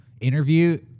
interview